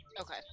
Okay